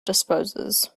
disposes